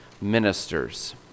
ministers